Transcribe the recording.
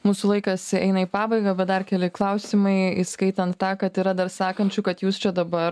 mūsų laikas eina į pabaigą bet dar keli klausimai įskaitant tą kad yra dar sakančių kad jūs čia dabar